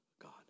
God